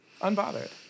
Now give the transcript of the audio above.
Unbothered